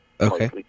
Okay